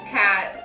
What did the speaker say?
cat